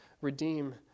redeem